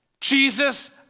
Jesus